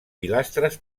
pilastres